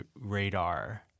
radar